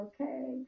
okay